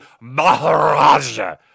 maharaja